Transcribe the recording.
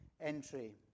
entry